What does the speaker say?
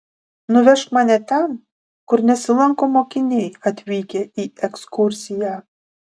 nuvežk mane ten kur nesilanko mokiniai atvykę į ekskursiją